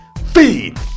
Feed